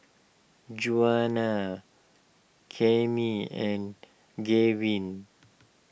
Joanna Cami and Gavin